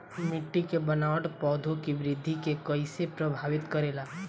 मिट्टी के बनावट पौधों की वृद्धि के कईसे प्रभावित करेला?